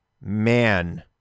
man